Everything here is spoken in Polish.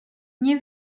nie